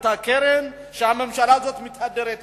מאותה קרן שהממשלה הזאת מתהדרת בה.